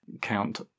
Count